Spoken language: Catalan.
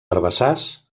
herbassars